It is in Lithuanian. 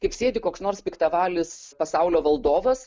kaip sėdi koks nors piktavalis pasaulio valdovas